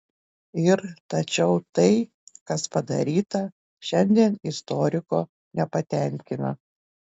ir tačiau tai kas padaryta šiandien istoriko nepatenkina